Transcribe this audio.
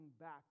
back